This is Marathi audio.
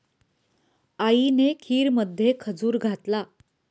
आईने खीरमध्ये खजूर घातला